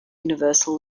universal